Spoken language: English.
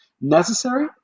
necessary